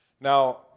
Now